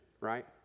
right